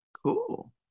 Cool